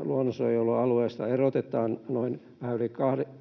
luonnonsuojelualueesta erotetaan noin vähän yli